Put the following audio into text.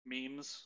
Memes